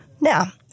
Now